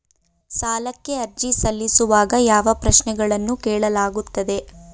ಸಾಲಕ್ಕೆ ಅರ್ಜಿ ಸಲ್ಲಿಸುವಾಗ ಯಾವ ಪ್ರಶ್ನೆಗಳನ್ನು ಕೇಳಲಾಗುತ್ತದೆ?